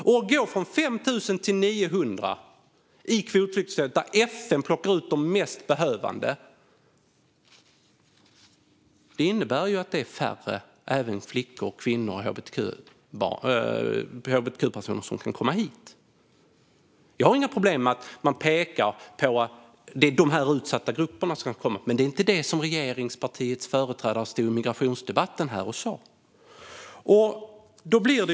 Ni går från 5 000 till 900 i kvotflyktingsystemet, där FN plockar ut de mest behövande. Det innebär att det även är färre flickor, kvinnor och hbtq-personer som kan komma hit. Jag har inga problem med att man pekar på att det är de här utsatta grupperna som kan komma, men det var inte det som regeringspartiets företrädare stod i migrationsdebatten här och sa.